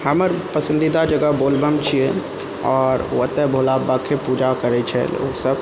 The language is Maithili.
हमर पसन्दीदा जगह बोलबम छियै आओर ओतय भोला बाबाके पूजा करै छै लोकसभ